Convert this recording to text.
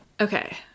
Okay